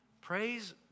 Praise